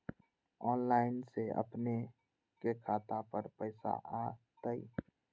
Online से अपने के खाता पर पैसा आ तई?